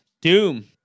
Doom